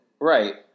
Right